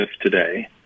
today